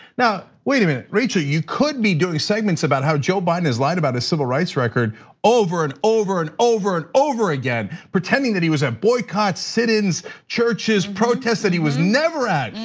now, wait a minute, rachel, you could be doing segments about how joe biden has lied about his civil rights record over, and over, and over, and over again. pretending that he was at boycotts, sit ins, churches, protests that he was never at.